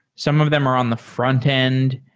some of them are on the frontend.